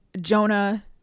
Jonah